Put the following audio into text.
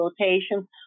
rotation